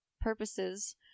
purposes